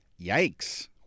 Yikes